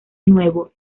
nuevo